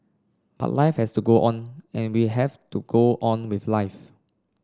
but life has to go on and we have to go on with life